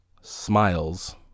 smiles